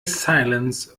silence